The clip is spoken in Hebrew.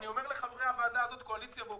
אני אומר לחברי הזאת, קואליציה ואופוזיציה.